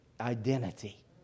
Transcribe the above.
identity